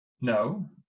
No